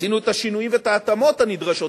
עשינו את השינויים ואת ההתאמות הנדרשות,